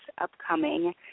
upcoming